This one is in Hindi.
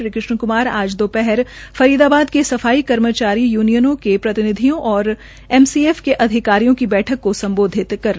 श्री कृष्ण कुमार आज दो हर फ़रीदाबाद के सफाई कर्मचारी यूनियनो के प्रतिनिधियों और एमसीएफ के अधिकारियों की बैठक को संबोधित कर रहे थे